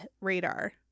radar